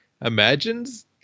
imagines